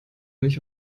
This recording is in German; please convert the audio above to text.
nicht